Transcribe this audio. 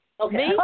Okay